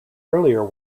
earlier